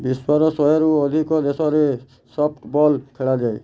ବିଶ୍ୱର ଶହେରୁ ଅଧିକ ଦେଶରେ ସଫ୍ଟବଲ୍ ଖେଳାଯାଏ